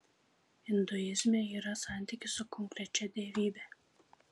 induizme yra santykis su konkrečia dievybe